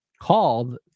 called